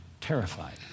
terrified